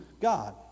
God